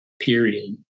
period